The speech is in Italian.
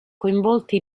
coinvolti